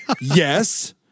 yes